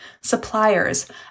suppliers